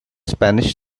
spanish